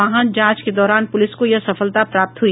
वाहन जांच के दौरान प्रलिस को यह सफलता प्राप्त हुई